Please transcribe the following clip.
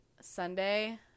Sunday